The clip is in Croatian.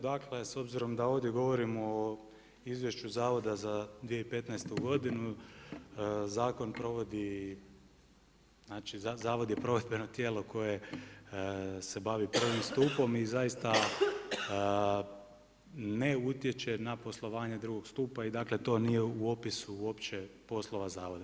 Dakle s obzirom da ovdje govorimo o Izvješću zavoda za 2015. godinu, zakon provodi, znači Zavod je provedbeno tijelo koje se bavi prvim stupom i zaista ne utječe na poslovanje II. stupa i dakle to nije u opisu uopće poslova Zavoda.